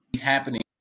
happening